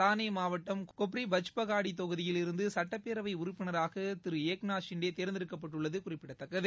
தானேமாவட்டம் கொப்ரிபச்பகாடிதொகுதியில் இருந்துசட்டப்பேரவைஉறுப்பினராகதிருதிருஏக்நாத் ஷிண்டேதேர்ந்தெடுக்கப்பட்டுள்ளதுகுறிப்பிடத்தக்கது